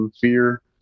fear